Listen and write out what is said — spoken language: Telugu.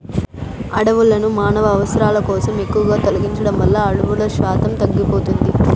అడవులను మానవ అవసరాల కోసం ఎక్కువగా తొలగించడం వల్ల అడవుల శాతం తగ్గిపోతాది